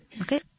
okay